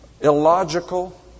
illogical